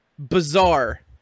Bizarre